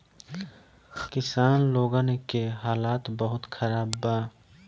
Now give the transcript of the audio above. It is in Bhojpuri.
किसान लोगन के हालात बहुत खराब बा